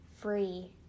free